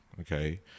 okay